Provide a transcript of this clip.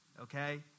Okay